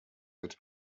mit